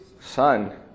Son